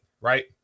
Right